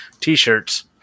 T-shirts